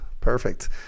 perfect